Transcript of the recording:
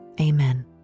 Amen